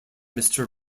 mister